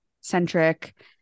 centric